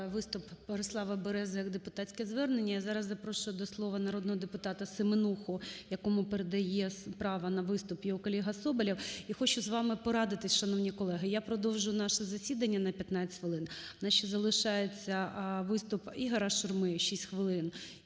виступ Борислава Берези як депутатське звернення. Я зараз запрошую до слова народного депутата Семенуху, якому передає право на виступ його колега Соболєв. І хочу з вами порадитись, шановні колеги. Я продовжу наше засідання на 15 хвилин. У нас ще залишається виступ Ігоря Шурми, 6 хвилин,